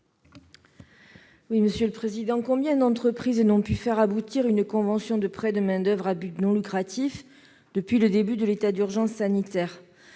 Mme Monique Lubin. Combien d'entreprises n'ont pu faire aboutir une convention de prêt de main-d'oeuvre à but non lucratif depuis le début de l'état d'urgence sanitaire ?